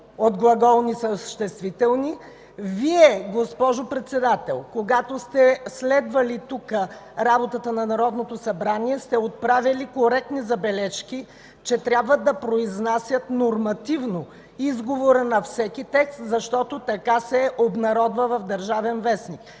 отглаголни съществителни. Вие, госпожо Председател, когато сте следвали тук работата на Народното събрание, сте отправяли коректни забележки, че трябва да произнасят нормативно изговорът на всеки текст, защото така се обнародва в „Държавен вестник”.